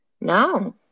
No